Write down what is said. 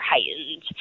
heightened